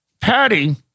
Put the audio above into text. Patty